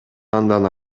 андан